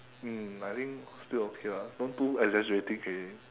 mm I think still okay lah don't too exaggerating can already